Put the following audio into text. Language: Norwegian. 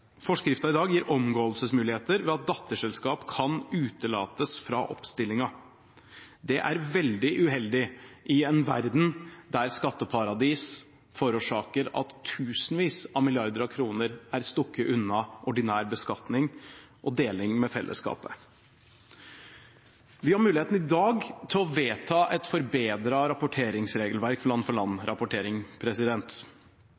Forskriften i dag gir omgåelsesmuligheter ved at datterselskap kan utelates fra oppstillingen. Det er veldig uheldig i en verden der skatteparadis forårsaker at tusenvis av milliarder av kroner er stukket unna ordinær beskatning og deling med fellesskapet. Vi har muligheten i dag til å vedta et forbedret rapporteringsregelverk for